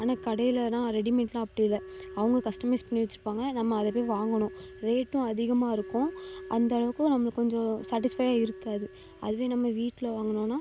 ஆனால் கடையிலேனா ரெடிமேட்லாம் அப்படி இல்லை அவங்க கஸ்டமைஸ் பண்ணி வச்சுருப்பாங்க நம்ம அதை போய் வாங்கணும் ரேட்டும் அதிகமாக இருக்கும் அந்த அளவுக்கும் நம்மளுக்குக் கொஞ்சம் சாட்டிஸ்ஃபையாக இருக்காது அதே நம்ம வீட்டில் வாங்கினோம்னா